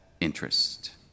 interest